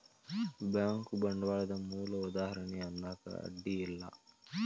bank ಬಂಡ್ವಾಳದ್ ಮೂಲ ಉದಾಹಾರಣಿ ಅನ್ನಾಕ ಅಡ್ಡಿ ಇಲ್ಲಾ